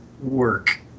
work